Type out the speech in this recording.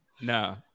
No